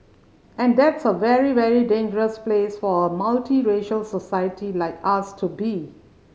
and that's a very very dangerous place for a multiracial society like us to be